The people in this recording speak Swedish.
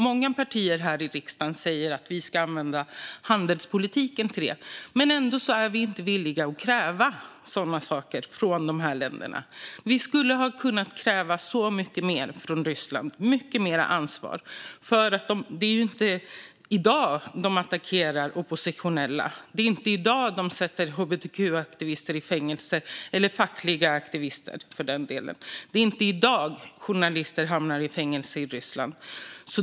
Många partier här i riksdagen säger att vi ska använda handelspolitiken till det, men ändå är vi inte villiga att kräva sådana saker från de här länderna. Vi hade kunnat kräva så mycket mer av Ryssland - mycket mer ansvar. Det är ju inte först i dag de attackerar oppositionella. Det är inte först i dag de sätter hbtq-aktivister i fängelse - eller fackliga aktivister, för den delen. Det är inte först i dag journalister hamnar i fängelse i Ryssland.